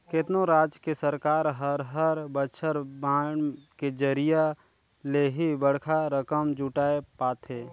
केतनो राज के सरकार हर हर बछर बांड के जरिया ले ही बड़खा रकम जुटाय पाथे